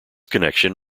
connection